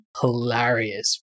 hilarious